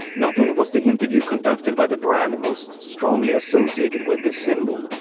not only was the interview conducted by the brand most strongly associated with this symbol,